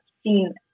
seen